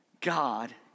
God